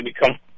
become